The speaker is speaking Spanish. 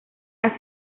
han